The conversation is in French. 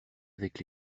avec